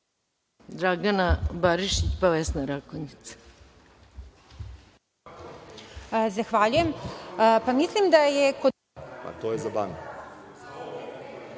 Dragana Barišić, pa Vesna Rakonjac.